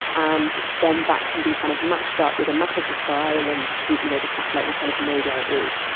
and then that can be kind of matched up with a map of the sky and then the you know the satellite will kind of know where it is.